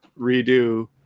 redo